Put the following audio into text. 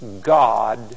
God